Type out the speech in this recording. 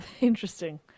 Interesting